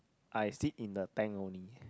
I sit in the tank only